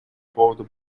поводу